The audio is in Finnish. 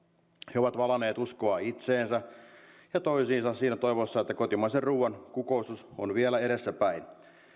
he ovat valaneet uskoa itseensä ja toisiinsa siinä toivossa että kotimaisen ruuan kukoistus on vielä edessäpäin